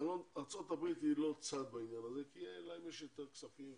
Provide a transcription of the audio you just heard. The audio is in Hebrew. ארצות הברית היא לא צד בעניין כי להם יש יותר כספים,